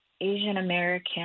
Asian-American